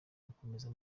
gukomeza